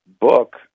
book